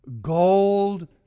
gold